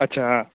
अच्छा हां